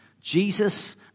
Jesus